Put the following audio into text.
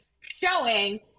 showing